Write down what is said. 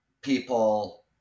people